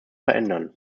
verändern